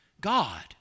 God